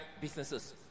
businesses